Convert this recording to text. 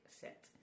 set